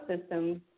systems